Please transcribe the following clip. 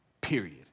period